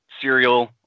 serial